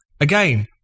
Again